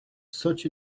such